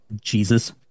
Jesus